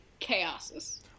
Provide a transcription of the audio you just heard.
chaoses